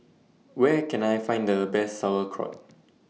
Where Can I Find The Best Sauerkraut